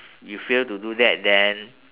you fail to do that then